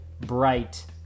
bright